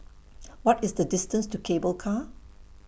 What IS The distance to Cable Car